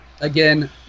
Again